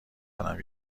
دارم